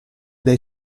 dai